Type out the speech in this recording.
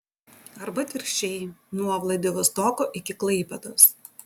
arba atvirkščiai nuo vladivostoko iki klaipėdos